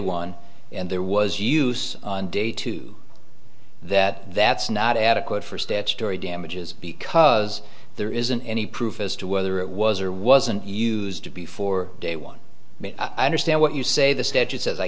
one and there was use on day too that that's not adequate for statutory damages because there isn't any proof as to whether it was or wasn't used to before day one understand what you say the statute says i